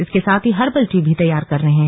इसके साथ ही हर्बल टी भी तैयार कर रहे हैं